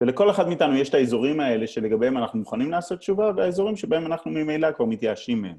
ולכל אחד מאיתנו יש את האזורים האלה שלגביהם אנחנו מוכנים לעשות תשובה, והאזורים שבהם אנחנו ממילא כבר מתייאשים מהם.